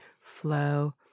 flow